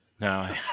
no